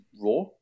raw